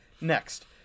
next